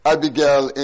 Abigail